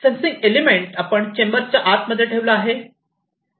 sensing element आपण चेंबरच्या आत मध्ये ठेवला आहे